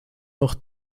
noch